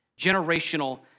generational